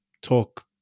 talk